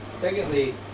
Secondly